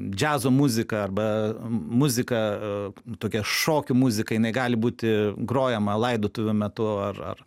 džiazo muzika arba muzika tokia šokių muzika jinai gali būti grojama laidotuvių metu ar